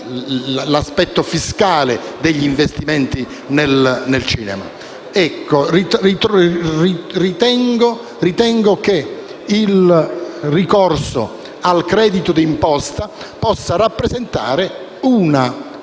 l’aspetto fiscale degli investimenti nel cinema. Ritengo che il ricorso al credito d’imposta possa rappresentare un